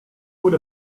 would